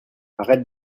arrête